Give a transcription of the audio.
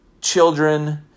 children